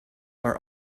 are